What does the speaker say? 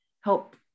help